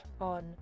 on